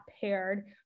paired